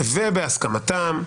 -- ובהסכמתכם.